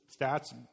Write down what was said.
stats